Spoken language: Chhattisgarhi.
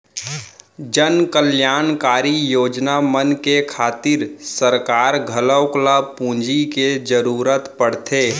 जनकल्यानकारी योजना मन के खातिर सरकार घलौक ल पूंजी के जरूरत पड़त रथे